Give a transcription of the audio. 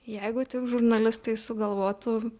jeigu tik žurnalistai sugalvotų